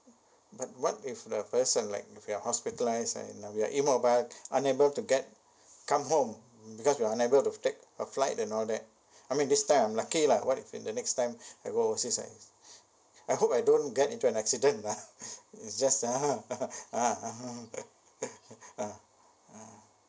but what if the person like if you are hospitalised and uh we are ill but unable to get come home because you are never to take a flight and all that I mean this time I'm lucky lah what if in the next time I go overseas like I hope I don't get into an accident lah it's just ah ha ah ah ha ah ha